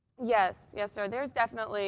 yes, yes, sir. there is definitely